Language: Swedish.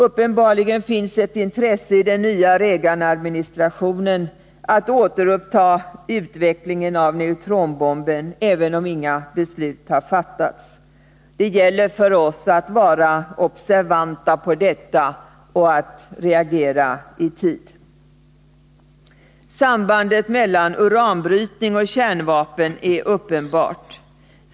Uppenbarligen finns det i den nya Reaganadministrationen ett intresse av att återuppta utvecklandet av neutronbomben, även om inga beslut har fattats. Det gäller för oss att vara observanta på detta och att reagera i tid. Sambandet mellan uranbrytning och kärnvapen är uppenbart.